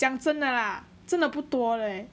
讲真的 lah 真的不多 leh